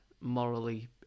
morally